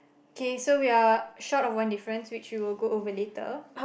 K so we are short of one difference which you will go over later